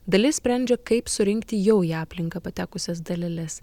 dalis sprendžia kaip surinkti jau į aplinką patekusias daleles